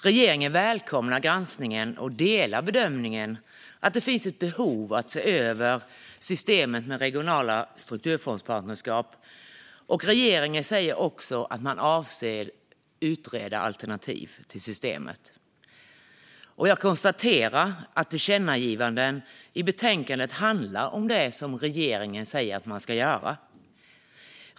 Regeringen välkomnar granskningen och delar bedömningen att det finns ett behov av att se över systemet med regionala strukturfondspartnerskap. Regeringen säger också att man avser att utreda alternativ till systemet. Jag konstaterar att tillkännagivandena i betänkandet handlar om det som regeringen säger att man ska göra.